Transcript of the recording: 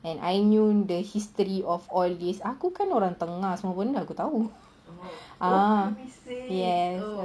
and I knew the history of all this aku kan orang tengah semua benda aku tahu ah yes